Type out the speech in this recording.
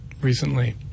recently